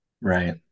Right